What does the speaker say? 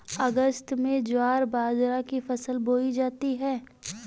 अगस्त में ज्वार बाजरा की फसल बोई जाती हैं